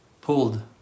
pulled